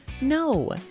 No